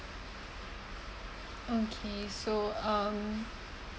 okay so um